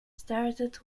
started